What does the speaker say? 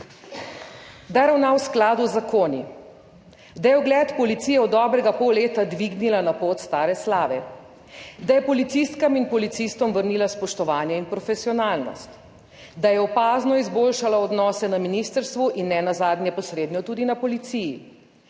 da ravna v skladu z zakoni, da je ugled policije v dobrega pol leta dvignila na pot stare slave, da je policistkam in policistom vrnila spoštovanje in profesionalnost, da je opazno izboljšala odnose na ministrstvu in nenazadnje posredno tudi na policiji,